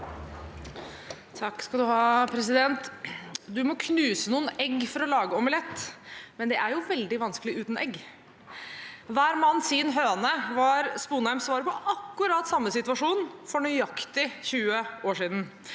(H) Man må knu- se noen egg for å lage omelett, men det er jo veldig vanskelig uten egg. Hver mann sin høne, var Sponheims svar på akkurat samme situasjon for nøyaktig 20 år siden.